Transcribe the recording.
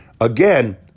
Again